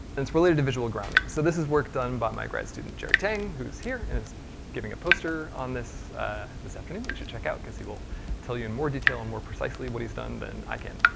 it's related to visual grounding. so this is work done by my grad student, jerry tang, who's here and is giving a poster on this this afternoon, you should check out, cause he will tell you in more detail, and more precisely what's he's done than i can.